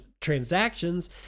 transactions